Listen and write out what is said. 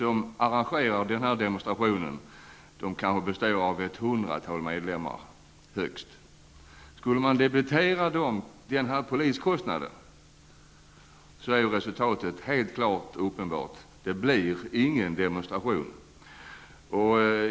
Om denna förening, som består kanske högst av ett hundratal medlemmar, som arrangerar demonstrationen skulle debiteras poliskostnaden är resultatet uppenbart: det blir ingen demonstration.